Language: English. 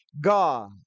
God